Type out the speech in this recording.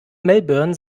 melbourne